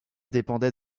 dépendait